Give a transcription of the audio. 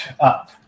up